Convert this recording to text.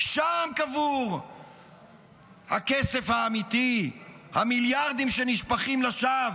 שם קבור הכסף האמיתי, המיליארדים שנשפכים לשווא.